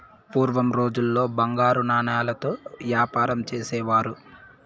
పూర్వం రోజుల్లో బంగారు నాణాలతో యాపారం చేసేవారు